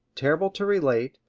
terrible to relate,